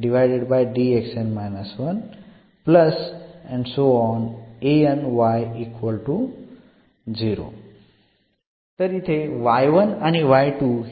तर इथे